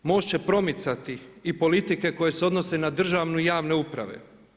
MOST će promicati i politike koje odnose na državne i javne uprave.